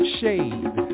shade